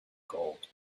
gold